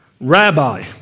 Rabbi